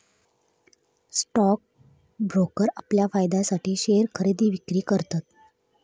stock broker आपल्या फायद्यासाठी share खरेदी विक्री करतत